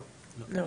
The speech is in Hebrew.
לא.